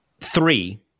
three